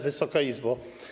Wysoka Izbo!